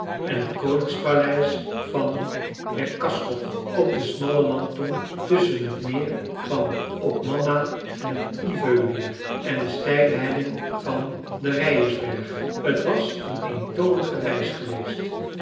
en t koningspaleis van bäckaskog op de smalle landtong tusschen t meer van oppmanna en t ivömeer en de steile helling van den ryesberg t was een eentonige reis geweest